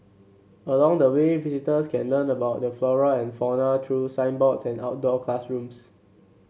along the way visitors can learn about the flora and fauna through signboards and outdoor classrooms